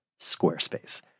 Squarespace